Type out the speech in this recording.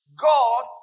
God